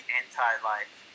anti-life